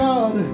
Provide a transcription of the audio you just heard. God